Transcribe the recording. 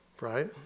right